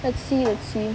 let's see a scene